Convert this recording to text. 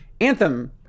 Anthem